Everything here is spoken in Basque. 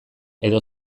edo